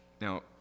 Now